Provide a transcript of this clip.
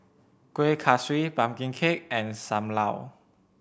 Kueh Kaswi pumpkin cake and Sam Lau